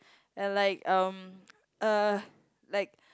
and like um uh like